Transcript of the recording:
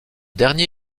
dernier